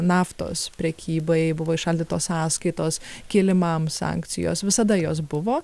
naftos prekybai buvo įšaldytos sąskaitos kilimam sankcijos visada jos buvo